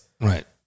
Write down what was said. right